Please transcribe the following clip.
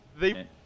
They-